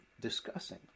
discussing